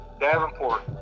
Davenport